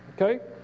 Okay